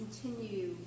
continue